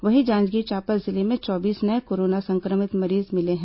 वहीं जांजगीर चांपा जिले में चौबीस नये कोरोना संक्रमित मरीज मिले हैं